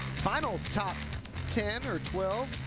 final top ten or twelve,